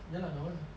ya lah don't want lah